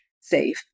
safe